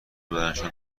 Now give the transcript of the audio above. بدنشان